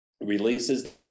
releases